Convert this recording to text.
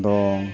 ᱫᱚ